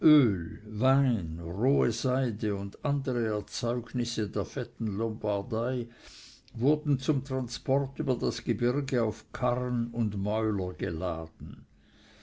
rohe seide und andere erzeugnisse der fetten lombardei wurden zum transport über das gebirge auf karren und mäuler geladen